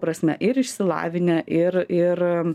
prasme ir išsilavinę ir ir